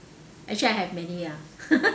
actually I have many lah